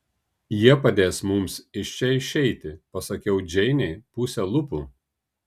jie padės mums iš čia išeiti pasakiau džeinei puse lūpų